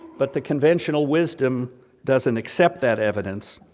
but the conventional wisdom doesn't accept that evidence,